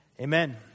Amen